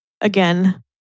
again